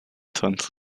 tanz